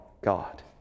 God